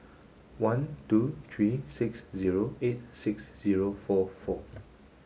one two three six zero eight six zero four four